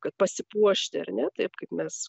kad pasipuošti ar ne taip kaip mes